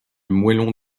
moellon